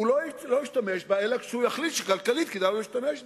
הוא לא ישתמש בה אלא כשהוא יחליט שכלכלית כדאי לו להשתמש בה.